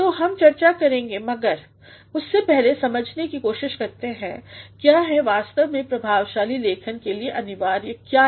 तो हम चर्चा करेंगे मगर उससे पहले समझने की कोशिश करते हैं क्या है वास्तव में प्रभावशाली लेखन के लिए अनिवार्य क्या है